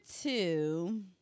two